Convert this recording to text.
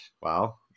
wow